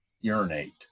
urinate